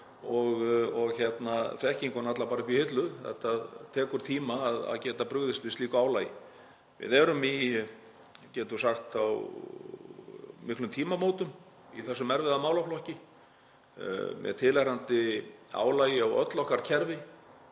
og þekkinguna alla bara uppi í hillu. Það tekur tíma að geta brugðist við slíku álagi. Við erum á, getum við sagt, miklum tímamótum í þessum erfiða málaflokki með tilheyrandi álagi á öll okkar kerfi.